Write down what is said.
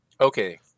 Okay